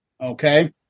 Okay